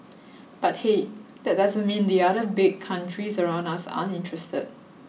but hey that doesn't mean the other big countries around us aren't interested